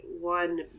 one